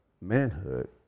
manhood